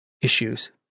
issues